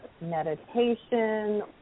meditation